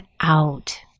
out